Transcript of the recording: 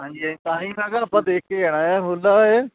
ਹਾਂਜੀ ਹਾਂਜੀ ਤਾਂ ਹੀ ਮੈਂ ਕਿਹਾ ਆਪਾਂ ਦੇਖ ਕੇ ਆਉਣਾ ਹੈ ਹੋਲਾ ਇਹ